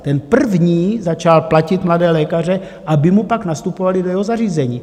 Ten první začal platit mladé lékaře, aby mu pak nastupovali do jeho zařízení.